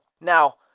Now